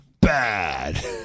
Bad